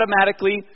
automatically